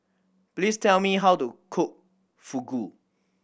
please tell me how to cook Fugu